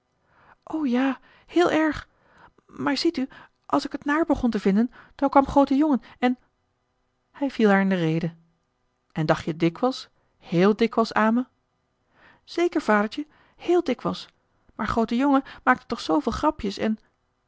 ja heel erg maar ziet u als ik het naar begon te vinden dan kwam groote jongen en hij viel haar in de rede en dacht je dikwijls héél dikwijls aan me zeker vadertje héél dikwijls maar grootejongen maakte toch zooveel grapjes en